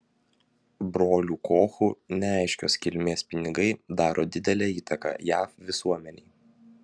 brolių kochų neaiškios kilmės pinigai daro didelę įtaką jav visuomenei